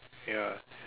ya